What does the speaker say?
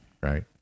Right